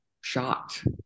shocked